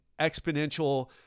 exponential